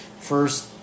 First